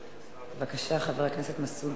בבקשה, חבר הכנסת מסעוד.